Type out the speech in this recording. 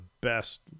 best